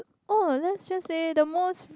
oh let's just say the most